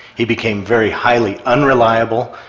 he became very highly unreliable,